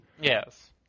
Yes